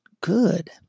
good